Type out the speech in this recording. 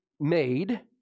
made